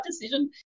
decision